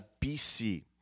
BC